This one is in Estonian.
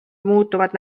muutuvad